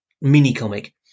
mini-comic